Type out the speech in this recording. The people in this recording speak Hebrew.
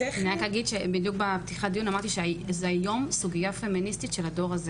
בתחילת הדיון אמרתי שזו היום סוגיה פמיניסטית בדור הזה